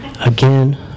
Again